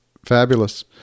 Fabulous